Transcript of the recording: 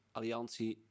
Alliantie